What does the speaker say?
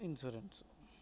insurance